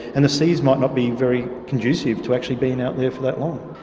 and the seas might not be very conducive to actually being out there for that long.